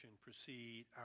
proceed